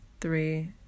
three